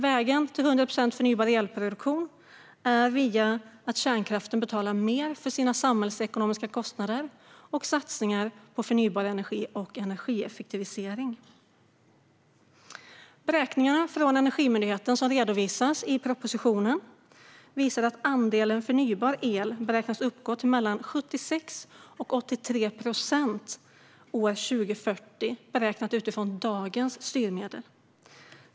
Vägen till 100 procent förnybar elproduktion går via att kärnkraften betalar mer för sina samhällsekonomiska kostnader och att vi satsar på förnybar energi och energieffektivisering. Beräkningarna från Energimyndigheten, som redovisas i propositionen, visar att andelen förnybar el beräknas uppgå till mellan 76 och 83 procent år 2040, beräknat utifrån dagens styrmedel.